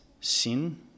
sin